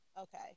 Okay